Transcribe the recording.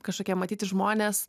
kažkokie matyti žmonės